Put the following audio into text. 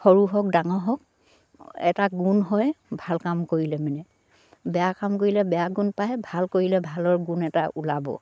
সৰু হওক ডাঙৰ হওক এটা গুণ হয় ভাল কাম কৰিলে মানে বেয়া কাম কৰিলে বেয়া গুণ পায় ভাল কৰিলে ভালৰ গুণ এটা ওলাব